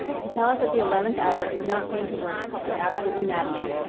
to tell us that the eleventh hour is not going to work is absolutely maddening.